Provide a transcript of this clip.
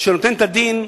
שנותן את הדין,